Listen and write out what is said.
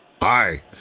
Hi